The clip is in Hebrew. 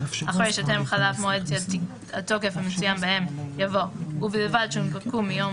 (ג)אחרי "שטרם חלף מועד התוקף המצוין בהם" יבוא "ובלבד שהונפקו מיום